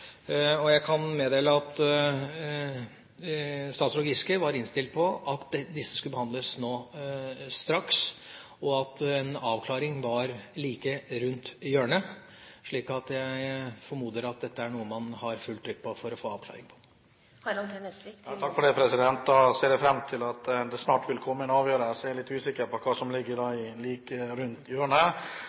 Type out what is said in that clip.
Jeg kan meddele at statsråd Giske var innstilt på at disse sakene skal behandles straks, at en avklaring er like rundt hjørnet, slik at jeg formoder at dette er noe man har fullt trykk på for å få til en avklaring. Da ser jeg fram til at det snart vil komme en avgjørelse. Jeg er litt usikker på hva som ligger i «like rundt hjørnet».